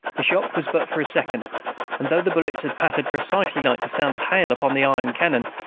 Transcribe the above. the shock was but for a second and though the bullets had pattered precisely like the sound of hail upon the iron cannon,